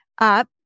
up